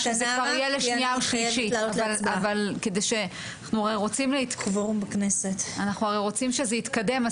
אנחנו הרי רוצים שזה יתקדם,